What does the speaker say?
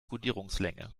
kodierungslänge